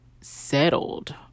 settled